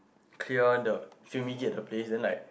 clear the fumigate the place then like